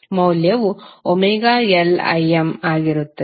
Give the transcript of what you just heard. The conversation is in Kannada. ಮೌಲ್ಯವು ωLIm ಆಗಿರುತ್ತದೆ